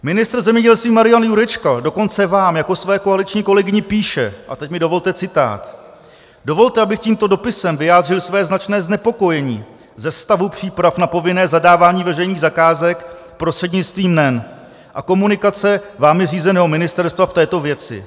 Ministr zemědělství Marian Jurečka dokonce vám jako své koaliční kolegyni píše a teď mi dovolte citát: Dovolte, abych tímto dopisem vyjádřil své značné znepokojení ze stavu příprav na povinné zadávání veřejných zakázek prostřednictvím NEN a komunikace vámi řízeného ministerstva v této věci.